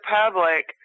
public